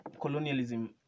colonialism